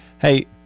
Hey